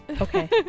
okay